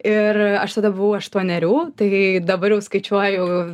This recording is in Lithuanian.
ir aš tada buvau aštuonerių tai dabar jau skaičiuoju